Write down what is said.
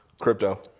crypto